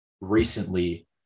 recently